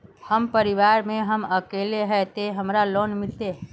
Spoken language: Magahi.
हम परिवार में हम अकेले है ते हमरा लोन मिलते?